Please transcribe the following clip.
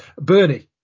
Bernie